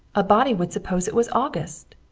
a body would suppose it was august.